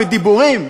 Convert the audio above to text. בדיבורים?